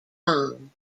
kong